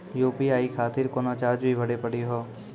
UPI खातिर कोनो charge भी भरी पड़ी हो?